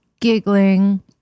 giggling